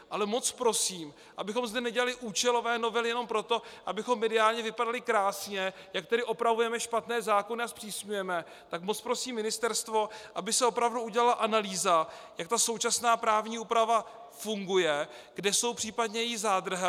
Ale moc prosím, abychom zde nedělali účelové novely jenom proto, abychom mediálně vypadali krásně, jak tady opravujeme špatné zákony a zpřísňujeme, moc prosím ministerstvo, aby se opravdu udělala analýza, jak současná právní úprava funguje, kde jsou případně její zádrhele.